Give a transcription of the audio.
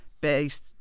based